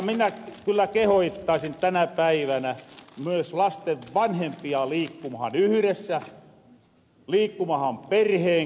minä kyllä kehottaisin tänä päivänä myös lasten vanhempia liikkumahan yhressä liikkumahan perheen kera